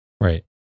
Right